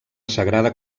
sagrada